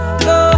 go